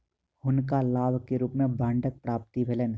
हुनका लाभ के रूप में बांडक प्राप्ति भेलैन